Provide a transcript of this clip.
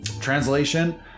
translation